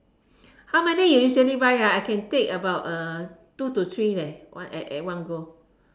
how many you usually buy I can take about two to three one at at one go